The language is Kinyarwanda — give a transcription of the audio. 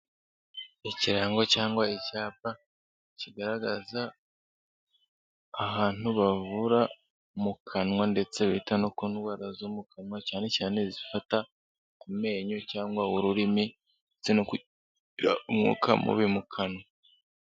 Ikirango cyangwa icyapa kigaragaza ahantu bavura mu kanwa ndetse bita no ku ndwara zo mu kanwa, cyane cyane zifata amenyo cyangwa ururimi ndetse no kugira umwuka mubi mu kanwa.